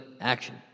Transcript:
Action